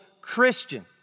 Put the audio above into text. Christian